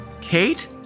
Kate